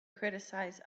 criticize